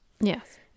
Yes